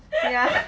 ya